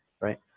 right